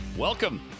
Welcome